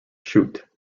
shute